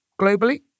globally